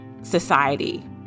society